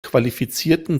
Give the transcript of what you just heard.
qualifizierten